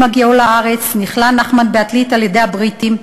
עם הגיעו לארץ נכלא נחמן בעתלית על-ידי הבריטים.